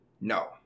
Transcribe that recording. No